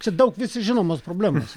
čia daug visi žinomos problemos